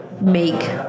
make